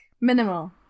minimal